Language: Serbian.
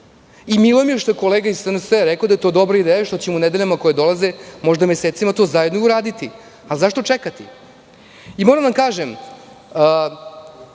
Milo mi je što je kolega iz SNS rekao da je to dobra ideja i što ćemo u nedeljama koje dolaze, možda i mesecima, to zajedno i uraditi. Ali, zašto čekati? Moram da vam kažem,